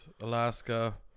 Alaska